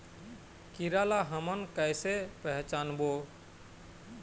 कीरा ला हमन कइसे पहचानबो?